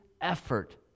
effort